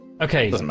Okay